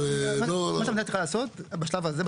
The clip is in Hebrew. מה שהמדינה צריכה לעשות בשלב הזה,